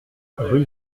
rue